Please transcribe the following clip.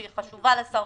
שהיא חשובה לשר,